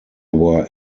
were